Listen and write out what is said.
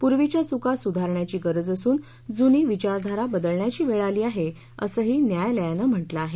पूर्वीच्या चुका सुधारण्याची गरज असून जुनी विचारधारा बदलण्याची वेळ आली आहे असंही न्यायालयानं म्हटलं आहे